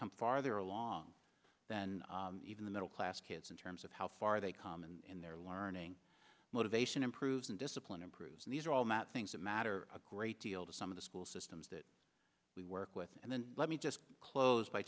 come farther along than even the middle class kids in terms of how far they come and their learning motivation improves and discipline improves and these are all math things that matter a great deal to some of the school systems that we work with and then let me just close by